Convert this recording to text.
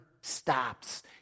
stops